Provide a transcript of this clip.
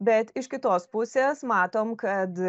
bet iš kitos pusės matom kad